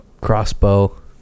crossbow